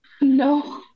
no